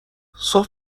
صبح